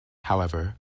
however